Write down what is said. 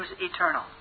eternal